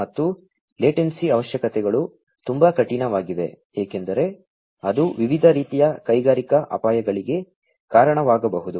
ಮತ್ತು ಲೇಟೆನ್ಸಿ ಅವಶ್ಯಕತೆಗಳು ತುಂಬಾ ಕಠಿಣವಾಗಿವೆ ಏಕೆಂದರೆ ಅದು ವಿವಿಧ ರೀತಿಯ ಕೈಗಾರಿಕಾ ಅಪಾಯಗಳಿಗೆ ಕಾರಣವಾಗಬಹುದು